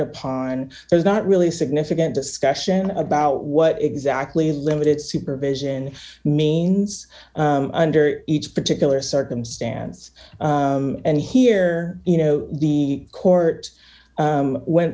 upon there's not really significant discussion about what exactly limited supervision means under each particular circumstance and here you know the court went